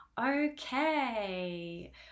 Okay